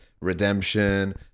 redemption